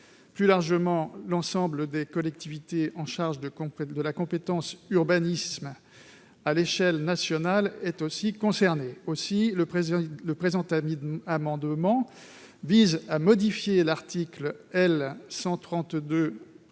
Plus largement, l'ensemble des collectivités chargées de la compétence « urbanisme » à l'échelle nationale sont concernées. Aussi, le présent amendement vise à modifier l'article L.